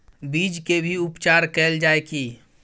बीज के भी उपचार कैल जाय की?